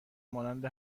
مانند